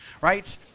right